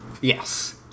Yes